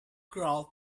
crawl